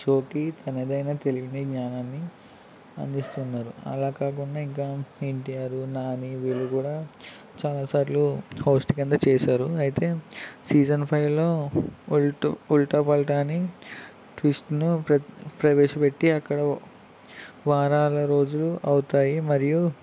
షోకి తనదైన తెలివిని జ్ఞానాన్ని అందిస్తూ ఉన్నారు అలా కాకుండా ఇంకా ఎన్టీఆరు నాని వీళ్ళు కూడా చాలాసార్లు హోస్ట్ కింద చేశారు అయితే సీజన్ ఫైవ్లో ఉల్టాపల్టా అని ట్విస్ట్ను ప్రవేశపెట్టి అక్కడ వారాల రోజులు అవుతాయి మరియు